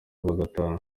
bagataha